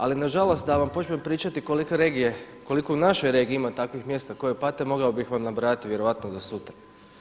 Ali nažalost da vam počnem pričati kolike regije, koliko u našoj regiji ima takvih mjesta koja pate mogao bih vam nabrajati vjerojatno do sutra.